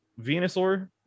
Venusaur